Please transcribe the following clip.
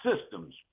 systems